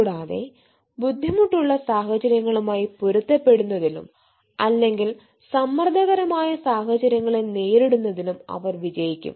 കൂടാതെ ബുദ്ധിമുട്ടുള്ള സാഹചര്യങ്ങളുമായി പൊരുത്തപ്പെടുന്നതിലും അല്ലെങ്കിൽ സമ്മർദ്ദകരമായ സാഹചര്യങ്ങളെ നേരിടുന്നതിലും അവർ വിജയിക്കും